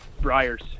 briars